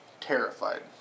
terrified